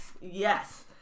Yes